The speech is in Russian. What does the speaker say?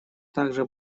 также